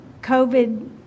COVID